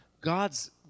God's